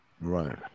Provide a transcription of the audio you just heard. Right